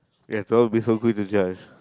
yes all will be so good to judge